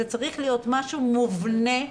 צריך להיות משהו מובנה,